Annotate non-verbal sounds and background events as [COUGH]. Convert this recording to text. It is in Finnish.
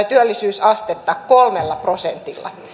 [UNINTELLIGIBLE] työllisyysastetta kolmella prosentilla